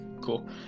Cool